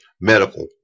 medical